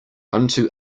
unto